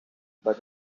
but